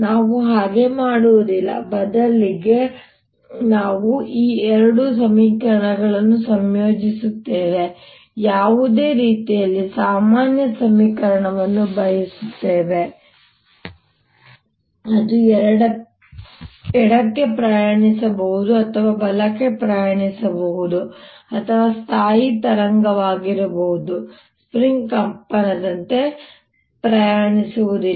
ನಾವು ಹಾಗೆ ಮಾಡುವುದಿಲ್ಲ ಬದಲಿಗೆ ನಾವು ಈ ಎರಡು ಸಮೀಕರಣಗಳನ್ನು ಸಂಯೋಜಿಸುತ್ತೇವೆ ಯಾವುದೇ ರೀತಿಯಲ್ಲಿ ಸಾಮಾನ್ಯ ಸಮೀಕರಣವನ್ನು ಬರೆಯುತ್ತೇವೆ ಅದು ಎಡಕ್ಕೆ ಪ್ರಯಾಣಿಸಬಹುದು ಅಥವಾ ಬಲಕ್ಕೆ ಪ್ರಯಾಣಿಸಬಹುದು ಅಥವಾ ಸ್ಥಾಯಿ ತರಂಗವಾಗಿರಬಹುದು ಸ್ಟ್ರಿಂಗ್ ಕಂಪನದಂತೆ ಪ್ರಯಾಣಿಸುವುದಿಲ್ಲ